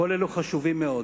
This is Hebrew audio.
כל אלה חשובים מאוד,